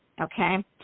okay